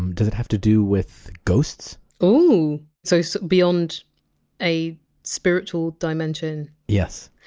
does it have to do with ghosts? ooh! so a so beyond a spiritual dimension? yes.